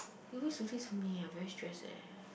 you always for me I very stress eh